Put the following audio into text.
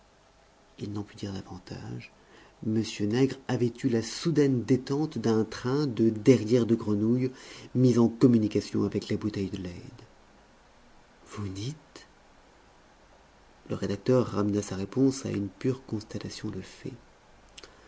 il n'en put dire davantage m nègre avait eu la soudaine détente d'un train de derrière de grenouille mis en communication avec la bouteille de leyde vous dites le rédacteur ramena sa réponse à une pure constatation de fait